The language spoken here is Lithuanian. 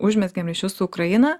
užmezgėm ryšius su ukraina